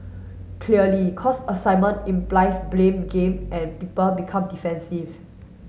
clearly cause assignment implies blame game and people become defensive